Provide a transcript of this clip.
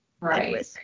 Right